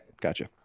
gotcha